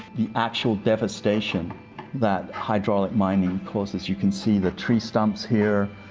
the actual devastation that hydraulic mining causes. you can see the tree stumps here,